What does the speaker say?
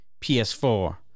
PS4